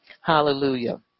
Hallelujah